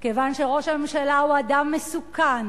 כיוון שראש הממשלה הוא אדם מסוכן,